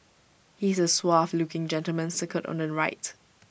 he is the suave looking gentleman circled on the right